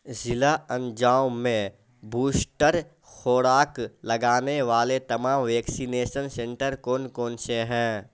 ضلع انجاؤ میں بوسٹر خوراک لگانے والے تمام ویکسینیسن سنٹر کون کون سے ہیں